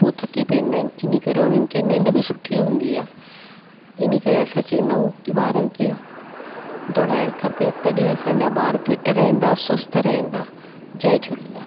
त पोइ थकी पवंदा आहिनि इन करे उन्हनि खे निंड बि सुठी हूंदी आहे इन करे असां चवंदा आहियूं की ॿारनि खे दौड़ाइणु खपे तॾहिं असांजा ॿार फिट रहंदा स्वस्थ रहंदा जय झूलेलाल